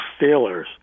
Steelers